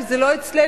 כי זה לא אצלנו,